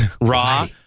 raw